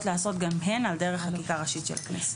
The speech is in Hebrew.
להיעשות גם הן על דרך חקיקה ראשית של הכנסת.